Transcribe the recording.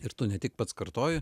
ir tu ne tik pats kartoji